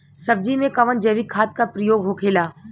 सब्जी में कवन जैविक खाद का प्रयोग होखेला?